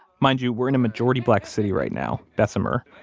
mind you, we're in a majority-black city right now, bessemer,